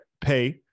pay